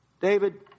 David